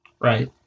Right